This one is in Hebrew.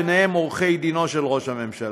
ובהם עורכי דינו של ראש הממשלה.